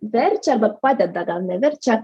verčia arba padeda gal neverčia